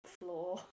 floor